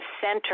center